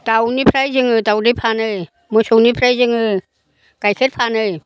दावनिफ्राय जोङो दावदै फानो मोसौनिफ्राय जोङो गाइखेर फानो